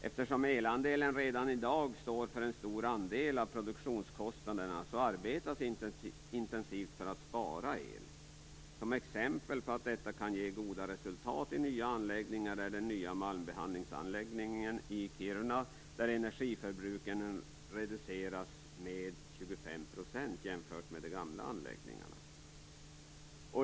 Eftersom elen redan i dag står för en stor andel av produktionskostnaderna arbetas det intensivt för att spara el. Som exempel på att detta kan ge goda resultat i nya anläggningar är den nya malmbehandlingsanläggningen i Kiruna där energiförbrukningen reducerats med 25 % jämfört med de gamla anläggningarna.